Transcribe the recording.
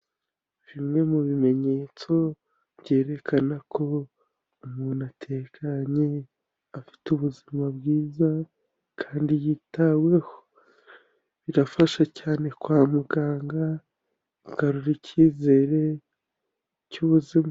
Bimwe mu bimenyetso byerekana ko umuntu atekanye afite ubuzima bwiza kandi yitaweho, birafasha cyane kwa muganga, agarura icyizere cy'ubuzima.